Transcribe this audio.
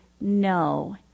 No